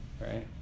right